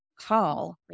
call